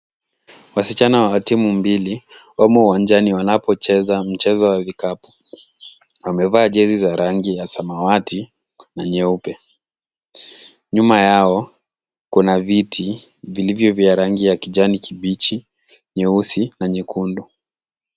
Wasichana wa timu mbili wamo uwanjani wanapocheza mchezo wa vikapu. Wamevaa jezi za rangi ya samawati na nyeupe. Nyuma yao kuna viti vilivyo vya rangi ya kijani kibichi, nyeusi na nyekundu.